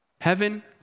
Heaven